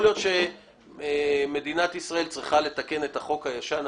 יכול להיות שמדינת ישראל צריכה לתקן את החוק הישן,